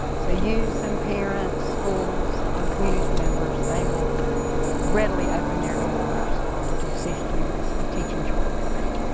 so use them, parents, schools, um community members. they will readily open their doors to assist you with with teaching children to read.